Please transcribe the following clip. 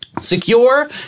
Secure